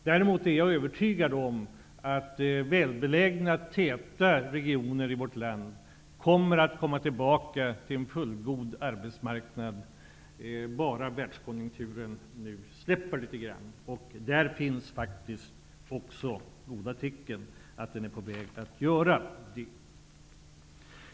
Däremot är jag övertygad om att välbelägna täta regioner i vårt land kommer att komma tillbaka till en fullgod arbetsmarknad bara världskonjunkturen vänder. Det finns faktiskt goda tecken på att den är på väg att göra det.